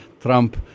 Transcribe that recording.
trump